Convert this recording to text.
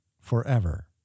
forever